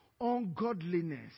ungodliness